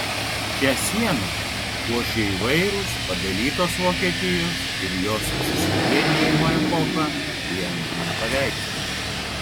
šią sieną puošia įvairūs padalytos vokietijos ir jos susivienijimo epochą įamžinę paveikslai